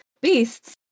Beasts